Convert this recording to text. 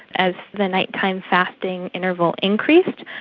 as the night-time fasting interval increased,